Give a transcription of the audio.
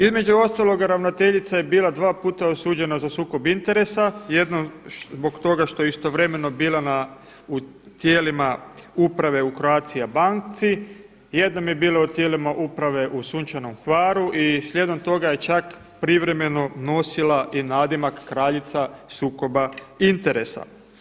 Između ostaloga ravnateljica je bila dva puta osuđena za sukob interesa, jednom zbog toga što je istovremena bila u tijelima uprave u Croatia banci, jednom je bila u tijelima uprave u Sunčanom Hvaru i slijedom toga je čak privremeno nosila i nadimak kraljica sukoba interesa.